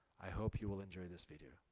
i hope you will enjoy this video.